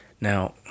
Now